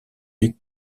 duc